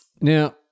Now